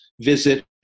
visit